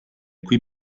qui